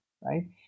right